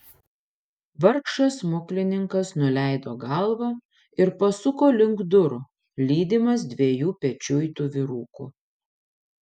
vargšas smuklininkas nuleido galvą ir pasuko link durų lydimas dviejų pečiuitų vyrukų